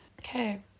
okay